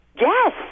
Yes